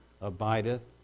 abideth